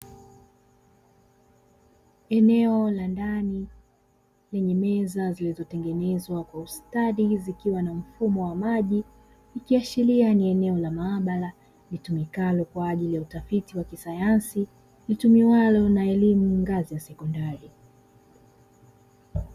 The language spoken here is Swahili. Eneo la ndani lenye meza zilizotengenezwa kwa ustadi zikiwa na mfumo wa maji, ikiashiria ni eneo la maabara litumikalo kwa ajili ya utafiti wa kisayansi litumiwalo na elimu ngazi ya sekondari.